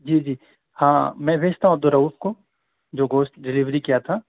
جی جی ہاں میں بھیجتا ہوں عبد الرؤف کو جو گوشت ڈلیوری کیا تھا